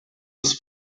des